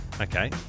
Okay